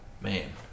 Man